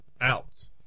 out